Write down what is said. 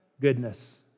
goodness